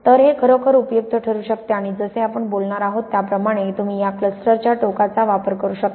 तर हे खरोखर उपयुक्त ठरू शकते आणि जसे आपण बोलणार आहोत त्याप्रमाणे तुम्ही या क्लस्टरच्या टोकाचा वापर करू शकता